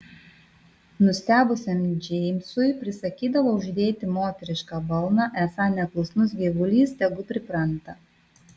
nustebusiam džeimsui prisakydavo uždėti moterišką balną esą neklusnus gyvulys tegu pripranta